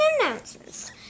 announcements